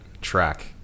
track